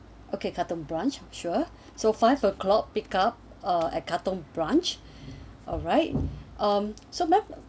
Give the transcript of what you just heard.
okay katong brunch sure so five o'clock pick up or at katong brunch alright um so madam